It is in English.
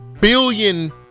billion